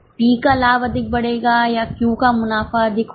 P का लाभ अधिक बढ़ेगा या Q का मुनाफा अधिक होगा